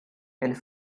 and